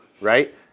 right